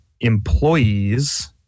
employees